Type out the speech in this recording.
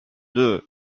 deux